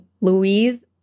Louise